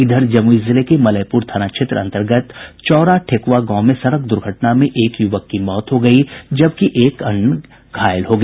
इधर जमुई जिले के मलयपुर थाना क्षेत्र अन्तर्गत चौरा ठेकुआ गांव में सड़क दूर्घटना में एक युवक की मौत हो गयी जबकि एक अन्य घायल हो गया